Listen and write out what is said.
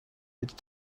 which